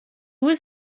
was